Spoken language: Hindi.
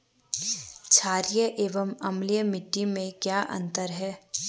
छारीय एवं अम्लीय मिट्टी में क्या अंतर है?